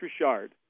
Richard